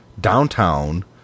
downtown